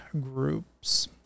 groups